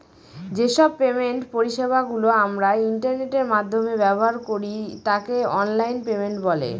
যে সব পেমেন্ট পরিষেবা গুলো আমরা ইন্টারনেটের মাধ্যমে ব্যবহার করি তাকে অনলাইন পেমেন্ট বলে